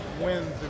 wins